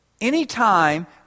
Anytime